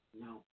No